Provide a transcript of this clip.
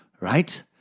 Right